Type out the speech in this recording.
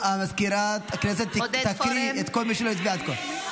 סגנית מזכיר הכנסת תקריא את כל מי שלא נכח באולם.